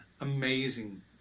amazing